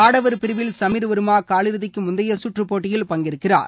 ஆடவர் பிரிவில் சமீர் வர்மா காலிறுதிக்கு முந்தைய சுற்று போட்டியில் பங்கேற்கிறார்